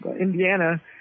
Indiana